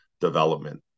development